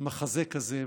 מחזה כזה,